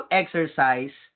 exercise